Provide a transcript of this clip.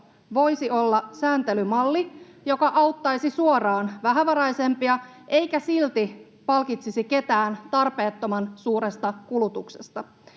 voisi olla sääntelymalli, joka auttaisi suoraan vähävaraisempia eikä silti palkitsisi ketään tarpeettoman suuresta kulutuksesta.